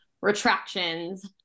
retractions